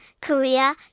Korea